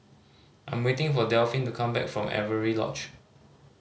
I'm waiting for Delphin to come back from Avery Lodge